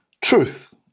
truth